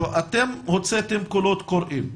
אתם הוצאתם קולות קוראים.